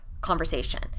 conversation